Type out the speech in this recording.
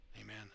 Amen